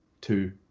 two